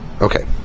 Okay